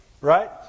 Right